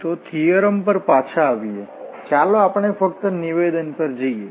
તો થીઓરમ પર પાછા આવીએ ચાલો આપણે ફક્ત નિવેદન પર જઈએ